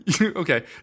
Okay